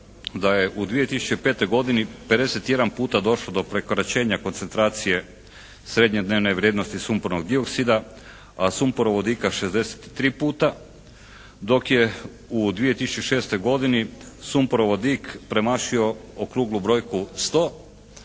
da je u 2005. godini 51 puta došlo do prekoračenja koncentracije srednje dnevne vrijednosti sumpornog dioksida, a sumporovog vodika 63 puta, dok je u 2006. godini sumporov vodik premašio okruglu brojku 100,